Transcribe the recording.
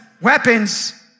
weapons